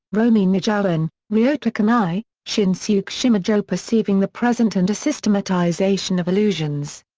romi nijhawan, ryota kanai, shinsuke shimojo perceiving the present and a systematization of illusions.